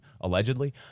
allegedly